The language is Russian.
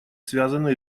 связаны